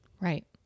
Right